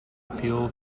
appeal